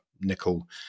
nickel